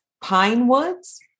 Pinewoods